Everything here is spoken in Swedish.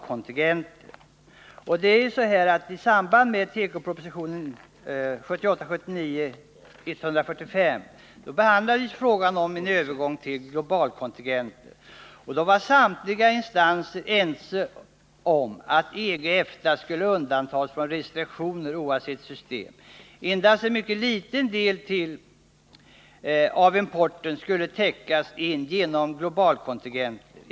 I tekopropositionen 1978/79:145 behandlades frågan om en övergång till globalkontingenter, och då var samtliga instanser ense om att EG och EFTA skulle undantas från restriktioner, oavsett system. Endast en mycket liten del av importen skulle täckas in genom globalkontingenter.